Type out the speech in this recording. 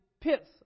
pits